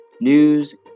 news